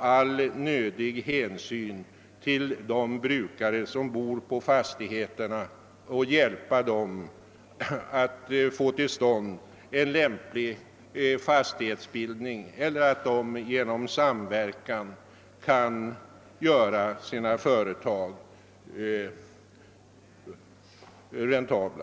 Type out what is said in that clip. all nödig hänsyn tas till de brukare som bor på fastigheterna och att man försöker hjälpa dem att få till stånd en lämplig fastighetsbildning och att de bland annat genom lämplig samverkan kan göra sina företag räntabla.